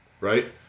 right